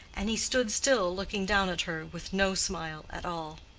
and he stood still looking down at her with no smile at all.